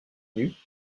nues